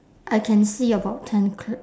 I can see about ten cl~